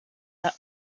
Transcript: that